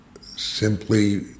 simply